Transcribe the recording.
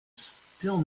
still